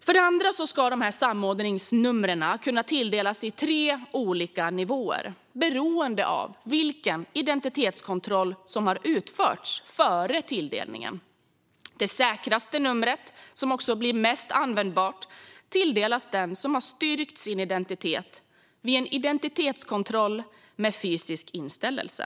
För det andra ska samordningsnumren kunna tilldelas i tre olika nivåer beroende på vilken identitetskontroll som har utförts före tilldelningen. Det säkraste numret tilldelas den som har styrkt sin identitet vid en identitetskontroll med fysisk inställelse.